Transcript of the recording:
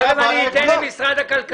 תכף אני אתן את רשות הדיבור למשרד הכלכלה.